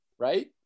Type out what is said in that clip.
Right